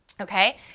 okay